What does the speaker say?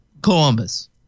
Columbus